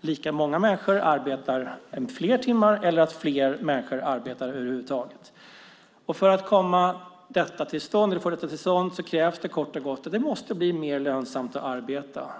lika många människor arbetar fler timmar eller genom att fler människor arbetar över huvud taget. För att få detta till stånd krävs kort och gott att det blir mer lönsamt att arbeta.